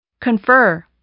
Confer